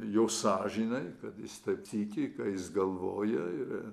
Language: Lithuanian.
jo sąžinei kad jis taip tiki ką jis galvoja ir